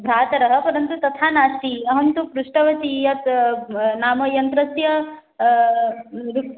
भ्रातरः परन्तु तथा नास्ति अहं तु पृष्टवती यत् नाम यन्त्रस्य रूप्